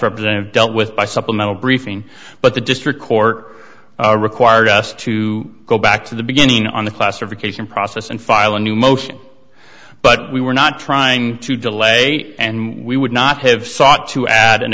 representative dealt with by supplemental briefing but the district court required us to go back to the beginning on the classification process and file a new motion but we were not trying to delay and we would not have sought to add an